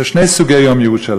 יש שני סוגי יום ירושלים,